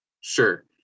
sure